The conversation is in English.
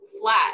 flat